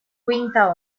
quinta